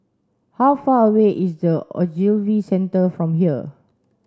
how far away is the Ogilvy Centre from here